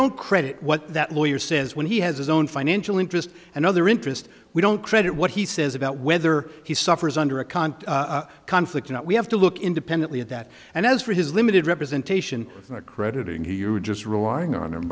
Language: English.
don't credit what that lawyer says when he has his own financial interest and other interest we don't credit what he says about whether he suffers under a con conflict or not we have to look independently at that and as for his limited representation crediting you were just relying on